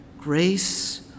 grace